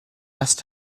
last